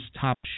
top